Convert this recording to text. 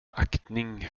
aktning